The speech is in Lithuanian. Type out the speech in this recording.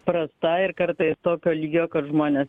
prasta ir kartais tokio lygio kad žmonės